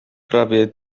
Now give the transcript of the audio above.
prawie